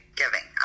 giving